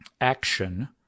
action